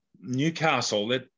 Newcastle